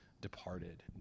departed